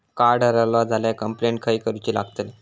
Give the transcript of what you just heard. Card हरवला झाल्या complaint खय करूची लागतली?